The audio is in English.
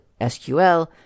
SQL